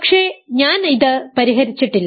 പക്ഷേ ഞാൻ ഇത് പരിഹരിച്ചിട്ടില്ല